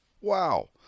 Wow